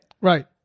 Right